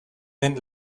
den